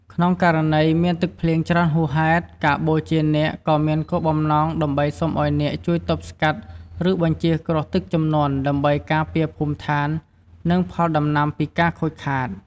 ក្នុងករណីដែលមានទឹកច្រើនហួសហេតុ ការបូជានាគក៏មានគោលបំណងដើម្បីសុំឱ្យនាគជួយទប់ស្កាត់ ឬបញ្ចៀសគ្រោះទឹកជំនន់ ដើម្បីការពារភូមិឋាន និងផលដំណាំពីការខូចខាត។